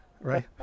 right